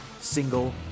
single